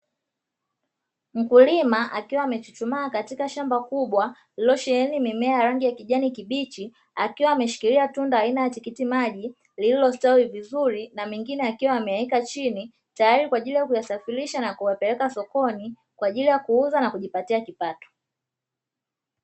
Mkulima akiwa amechuchumaa katika shamba kubwa lililosheheni mimea ya rangi ya kijani kibichi, akiwa ameshikila tunda aina ya tikitiki maji lililostawi vizuri na mengine akiwa ameweka chini, tayari kwa ajili ya kuyasafirisha na kuyapeleka sokoni kwa ajili ya kuuza na kujipatia kipato.